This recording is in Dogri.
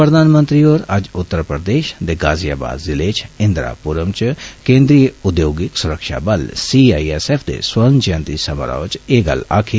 प्रधानमंत्री होरें अज्ज उत्तरप्रदेष दे गाजियावाद जिले च इंदिरा पुरम च केन्द्रीय उद्यौगिक सुरक्षाबल सी आई एस एफ दे स्वर्ण जयंति समारोह च एह् गल्ल आक्खी